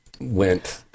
went